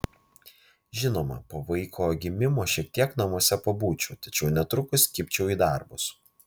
žinoma po vaiko gimimo šiek tiek namuose pabūčiau tačiau netrukus kibčiau į darbus